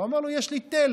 הוא אמר לו: יש לי תל,